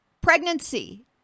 pregnancy